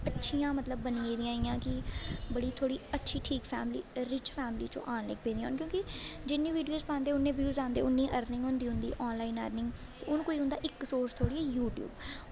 अच्छियां मतलब बनी गेदियां इ'यां मतलब कि बड़ी थोह्ड़ी अच्छी ठीक फैमली रिच्च फैमली च ओह् आन लगी पेदियां क्योंकि जिन्नी वीडियोज पांदे उन्ने ब्यू आंदे उन्नी अर्निंग होंदी उंदी आनलाइन अर्निंग ते हून कोई उंदा कोई इक सोर्स थोह्ड़ी ऐ यूट्यूब